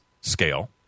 scale